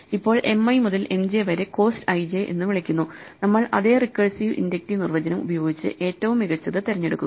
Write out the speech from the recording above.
ഇപ്പോൾ M i മുതൽ M j വരെ കോസ്റ്റ് ij എന്ന് വിളിക്കുന്നു നമ്മൾ അതേ റിക്കേഴ്സീവ് ഇൻഡക്റ്റീവ് നിർവചനം ഉപയോഗിച്ച് ഏറ്റവും മികച്ചത് തിരഞ്ഞെടുക്കുക